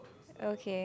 okay